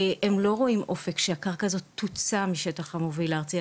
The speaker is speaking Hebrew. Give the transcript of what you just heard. הם לא רואים אופק שהקרקע הזאת תוצאה משטח המוביל הארצי.